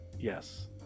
Yes